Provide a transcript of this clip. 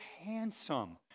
handsome